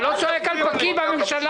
אל תצעק על פקיד בממשלה.